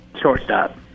shortstop